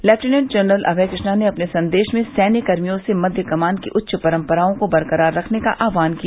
lieutenant general Abhay Krishna ने अपने संदेश में सैन्य कर्मियों से मध्य कमान की उच्च परम्पराओं को बरकरार रखने का आहवान किया